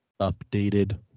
updated